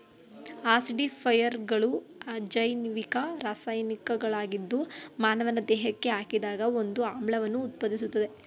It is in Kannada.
ಆಸಿಡಿಫೈಯರ್ಗಳು ಅಜೈವಿಕ ರಾಸಾಯನಿಕಗಳಾಗಿದ್ದು ಮಾನವನ ದೇಹಕ್ಕೆ ಹಾಕಿದಾಗ ಒಂದು ಆಮ್ಲವನ್ನು ಉತ್ಪಾದಿಸ್ತದೆ